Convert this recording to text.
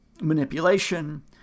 manipulation